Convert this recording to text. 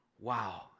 Wow